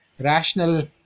rational